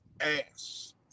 ass